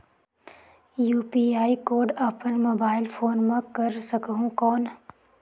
UPI code अपन mobile phone मे कर सकहुं कौन?